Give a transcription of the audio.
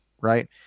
Right